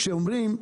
כשאומרים,